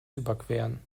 überqueren